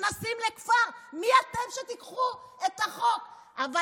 נכנסים לכפר, מי אתם שתיקחו את החוק לידיים?